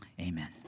Amen